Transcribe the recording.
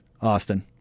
Austin